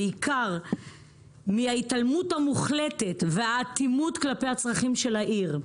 בעיקר מההתעלמות המוחלטת והאטימות כלפי הצרכים של העיר,